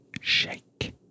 shake